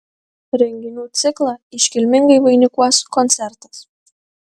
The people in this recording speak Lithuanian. renginių ciklą iškilmingai vainikuos koncertas